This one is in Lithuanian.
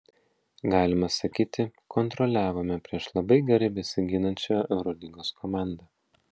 galima sakyti kontroliavome prieš labai gerai besiginančią eurolygos komandą